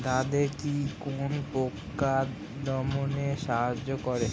দাদেকি কোন পোকা দমনে সাহায্য করে?